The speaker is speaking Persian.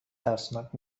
ترسناک